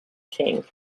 king